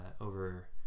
over